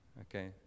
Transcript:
Okay